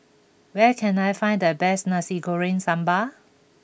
where can I find the best Nasi Goreng Sambal